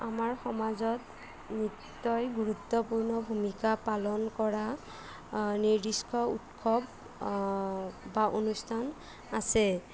আমাৰ সমাজত নৃত্যই গুৰুত্বপূৰ্ণ ভূমিকা পালন কৰা নিৰ্দিষ্ট উৎসৱ বা অনুষ্ঠান আছে